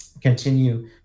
continue